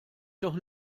doch